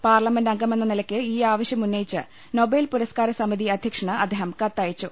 parliament അംഗമെന്ന നിലയ്ക്ക് ഈ ആവശ്യം ഉന്നയിച്ച് നൊബേൽ പുരസ്കാരസമിതി അധ്യക്ഷന് അദ്ദേഹം കത്തയച്ചു